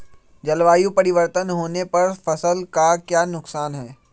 जलवायु परिवर्तन होने पर फसल का क्या नुकसान है?